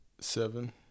Seven